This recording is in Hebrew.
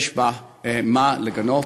יש כאן מה לגנות,